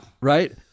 Right